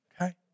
okay